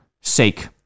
sake